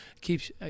keeps